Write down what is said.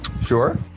sure